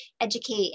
educate